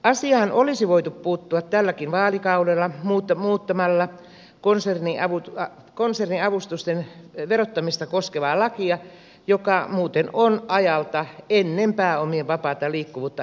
asiaan olisi voitu puuttua tälläkin vaalikaudella muuttamalla konserniavustusten verottamista koskevaa lakia joka muuten on ajalta ennen pääomien vapaata liikkuvuutta euroopassa